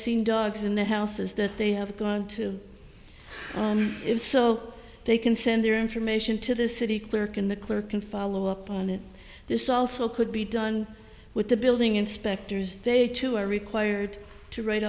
seen dogs in the houses that they have gone to if so they can send their information to the city clerk and the clerk can follow up on it this also could be done with the building inspectors they too are required to write